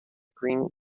green